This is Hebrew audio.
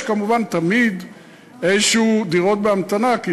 יש כמובן תמיד דירות מסוימות בהמתנה כי